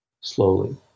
Slowly